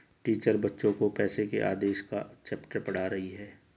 teacher बच्चो को पैसे के आदेश का चैप्टर पढ़ा रही हैं